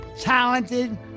talented